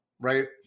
right